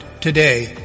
today